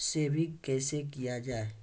Saving कैसै किया जाय?